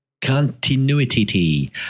Continuity